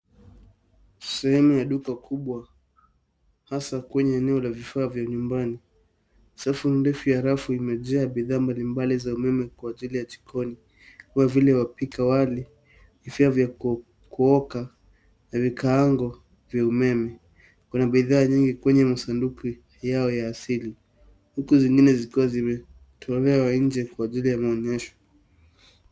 Sehemu ya duka kubwa, hasa kwenye eneo la vifaa vya nyumbani. Safu ndefu ya rafu imejaa bidhaa mbalimbali za umeme kwa ajili ya jikoni, kwa vile wapika wali, vifaa vya kuoka na vikaango vya umeme, kuna bidhaa nyingi kwenye masanduku yao ya asili huku zingine zikiwa zimetolewa nje kwa ajili ya maonyesho.